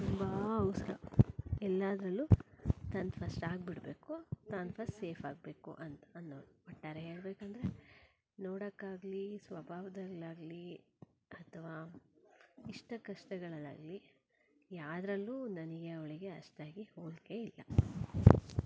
ತುಂಬ ಅವ್ಸರ ಎಲ್ಲದ್ರಲ್ಲೂ ತಂದು ಫಸ್ಟ್ ಆಗಿಬಿಡ್ಬೇಕು ತಾನು ಫಸ್ಟ್ ಸೇಫ್ ಆಗಬೇಕು ಅಂತ ಅನ್ನೋದು ಒಟ್ಟಾರೆ ಹೇಳಬೇಕಂದ್ರೆ ನೋಡಕ್ಕೆ ಆಗಲಿ ಸ್ವಭಾವದಲ್ಲಾಗ್ಲಿ ಅಥವಾ ಇಷ್ಟಕಷ್ಟಗಳಲ್ಲಾಗಲಿ ಯಾವ್ದ್ರಲ್ಲೂ ನನಗೆ ಅವಳಿಗೆ ಅಷ್ಟಾಗಿ ಹೋಲಿಕೆ ಇಲ್ಲ